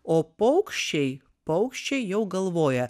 o paukščiai paukščiai jau galvoja